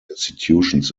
institutions